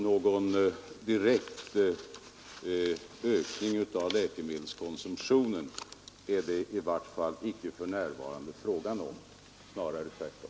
Någon direkt ökning av läkemedelskonsumtionen är det i varje fall för närvarande icke fråga om — snarare tvärtom,